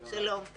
שלום.